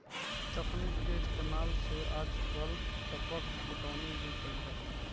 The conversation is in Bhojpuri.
तकनीक के इस्तेमाल से आजकल टपक पटौनी भी कईल जाता